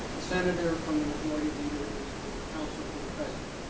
the senator from the majority leader is for the council for the president